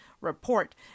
report